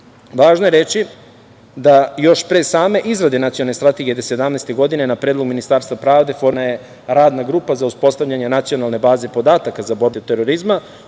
je reći da još pre same izrade Nacionalne strategije 2017. godine na predlog Ministarstva pravde formirana je radna grupa za uspostavljanje nacionalne baze podataka za borbu protiv